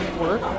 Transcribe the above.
work